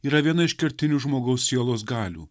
yra viena iš kertinių žmogaus sielos galių